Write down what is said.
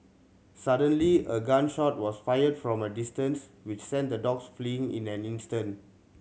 suddenly a gun shot was fired from a distance which sent the dogs fleeing in an instant